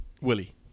Willie